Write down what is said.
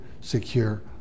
secure